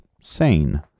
sane